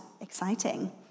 Exciting